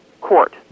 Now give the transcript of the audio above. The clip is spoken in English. Court